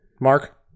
Mark